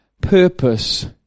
purpose